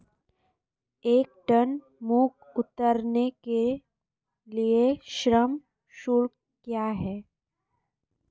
एक टन मूंग उतारने के लिए श्रम शुल्क क्या है?